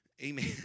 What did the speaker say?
Amen